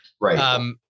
Right